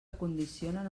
condicionen